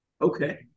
Okay